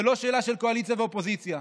זה לא שאלה של קואליציה ואופוזיציה.